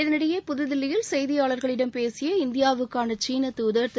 இதனிடையே புதுதில்லியில் செய்தியாளர்களிடம் பேசிய இந்தியாவுக்கான சீனத் தூதர் திரு